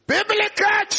Biblical